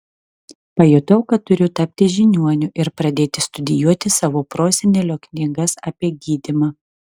pajutau kad turiu tapti žiniuoniu ir pradėti studijuoti savo prosenelio knygas apie gydymą